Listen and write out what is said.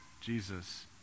Jesus